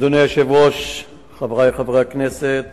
אדוני היושב-ראש, חברי חברי הכנסת,